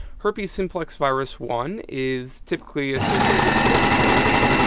herpes simplex virus one is typically associated with cold sores.